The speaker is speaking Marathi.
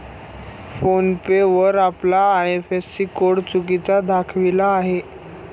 फोन पे वर आपला आय.एफ.एस.सी कोड चुकीचा दाखविला आहे